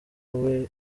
umwe